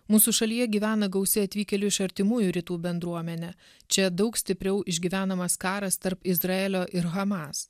mūsų šalyje gyvena gausi atvykėlių iš artimųjų rytų bendruomenė čia daug stipriau išgyvenamas karas tarp izraelio ir hamas